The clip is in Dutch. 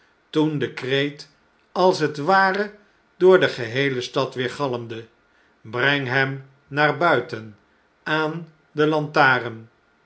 toen de kreet als het ware door de geheele stad weergalmde brengt hem naar buiten aan de lantaren